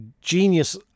genius